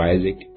Isaac